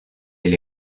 elle